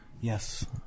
Yes